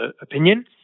opinion